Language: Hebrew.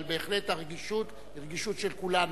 אבל בהחלט, הרגישות היא רגישות של כולנו.